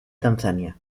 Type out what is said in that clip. tanzania